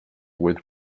with